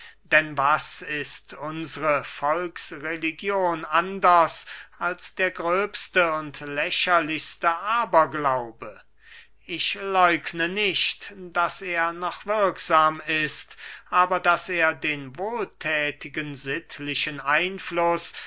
denn was ist unsre volksreligion anders als der gröbste und lächerlichste aberglaube ich läugne nicht daß er noch wirksam ist aber daß er den wohlthätigen sittlichen einfluß